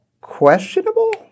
Questionable